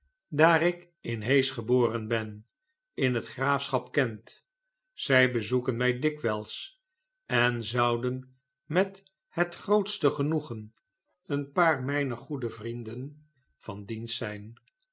in het graafschap kent zy bezoeken mij dikwijls en zouden met het grootste genoegen een paar mijner goede vrienden van dienst zijn